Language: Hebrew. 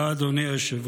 תודה, אדוני היושב-ראש.